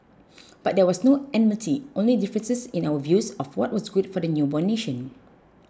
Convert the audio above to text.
but there was no enmity only differences in our views of what was good for the newborn nation